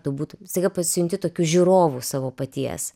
tu būtum staiga pasijunti tokiu žiūrovu savo paties